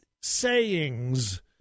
sayings